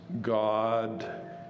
God